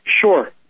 Sure